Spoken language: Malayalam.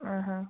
ആഹാ